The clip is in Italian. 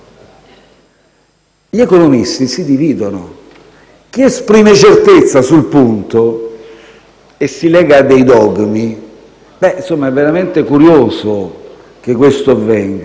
Gli economisti si dividono: vi è chi esprime certezza sul punto e si lega a dei dogmi ed è veramente curioso che questo avvenga.